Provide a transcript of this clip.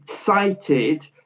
cited